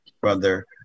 Brother